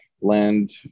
land